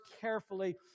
carefully